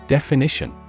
Definition